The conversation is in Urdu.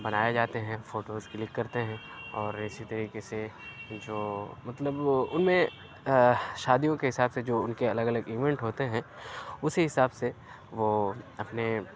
بنائے جاتے ہیں فوٹوز کلک کرتے ہیں اور اِسی طریقے سے جو مطلب اُن میں شادیوں کے حساب سے جو اُن کے الگ الگ ایوینٹ ہوتے ہیں اُسی حساب سے وہ اپنے